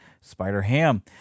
Spider-Ham